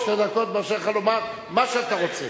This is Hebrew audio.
בשתי דקות, מרשה לומר לך מה שאתה רוצה.